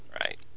Right